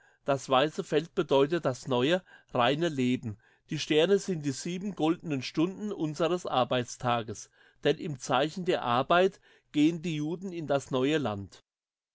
das weisse feld bedeutet das neue reine leben die sterne sind die sieben goldenen stunden unseres arbeitstages denn im zeichen der arbeit gehen die juden in das neue land